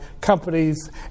companies